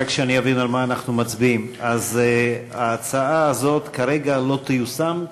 רק שאבין על מה אנחנו מצביעים: אז ההצעה הזאת כרגע לא תיושם?